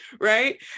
right